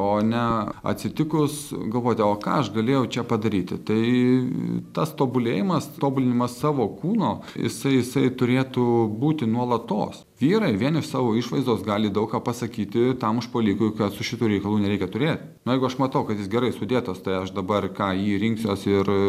o ne atsitikus galvojat o ką aš galėjau čia padaryti tai tas tobulėjimas tobulinimas savo kūno jisai jisai turėtų būti nuolatos vyrai vien iš savo išvaizdos gali daug ką pasakyti tam užpuolikui kad su šituo reikalu nereikia turėt nu jeigu aš matau kad jis gerai sudėtas tai aš dabar ką jį rinksiuosi ir